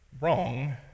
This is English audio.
wrong